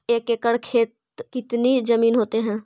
एक एकड़ खेत कितनी जमीन होते हैं?